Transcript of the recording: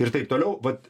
ir taip toliau vat